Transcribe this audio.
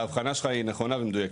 ההבחנה שלך היא נכונה ומדויקת.